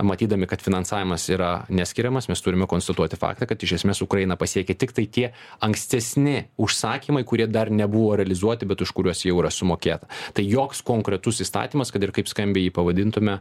matydami kad finansavimas yra neskiriamas mes turime konstatuoti faktą kad iš esmės ukrainą pasiekia tiktai tie ankstesni užsakymai kurie dar nebuvo realizuoti bet už kuriuos jau yra sumokėta tai joks konkretus įstatymas kad ir kaip skambiai jį pavadintume